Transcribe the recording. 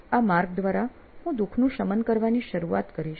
આ માર્ગ દ્વારા હું દુખનું શમન કરવાની શરૂઆત કરીશ